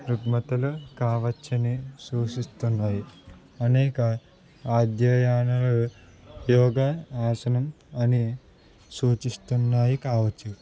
రుగ్మతులు కావచ్చని సూచిస్తున్నాయి అనేక అధ్యయనాలు యోగ ఆసనం అని సూచిస్తున్నాయి కావచ్చు